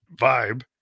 vibe